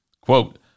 Quote